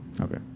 Okay